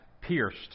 pierced